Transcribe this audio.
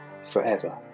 forever